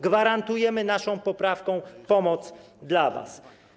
Gwarantujemy naszą poprawką pomoc dla was.